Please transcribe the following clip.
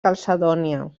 calcedònia